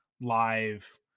live